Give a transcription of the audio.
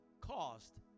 caused